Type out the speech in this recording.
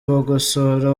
bagosora